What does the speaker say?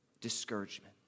discouragement